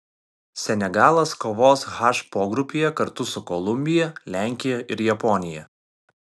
senegalas kovos h pogrupyje kartu su kolumbija lenkija ir japonija